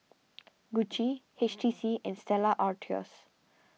Gucci H T C and Stella Artois